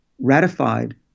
ratified